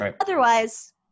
Otherwise